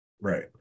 Right